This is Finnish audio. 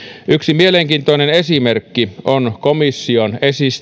yksi mielenkiintoinen esimerkki on komission